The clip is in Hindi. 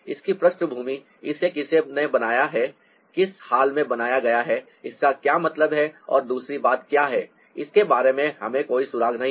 इसकी पृष्ठभूमि इसे किसने बनाया है किस हालत में बनाया गया है इसका क्या मतलब है और दूसरी बात क्या है इसके बारे में हमें कोई सुराग नहीं है